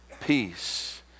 Peace